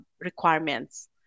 requirements